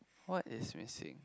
what is missing